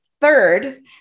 third